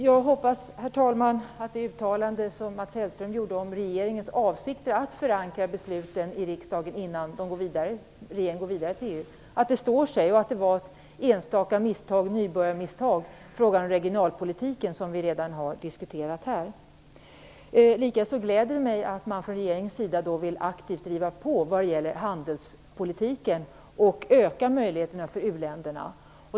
Jag hoppas att det uttalande som Mats Hellström gjorde om regeringens avsikter att förankra besluten i riksdagen innan man går vidare till EU står sig. Jag hoppas att frågan om regionalpolitiken, som vi redan har diskuterat, var ett nybörjarmisstag. Likaså gläder det mig att att man från regeringens sida aktivt vill driva på i fråga om handelspolitiken och öka möjligheterna för u-länderna.